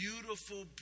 beautiful